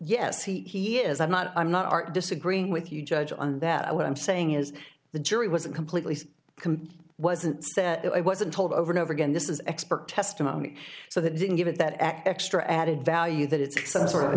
yes he is i'm not i'm not disagreeing with you judge on that what i'm saying is the jury was completely wasn't i wasn't told over and over again this is expert testimony so that didn't give it that act extra added value that it's so